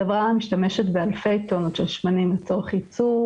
החברה משתמשת באלפי טונות של שמנים לצורך ייצור,